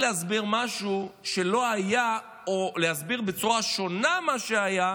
להסביר משהו שלא היה או להסביר בצורה שונה מה היה,